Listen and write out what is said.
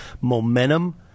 momentum